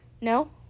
No